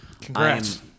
Congrats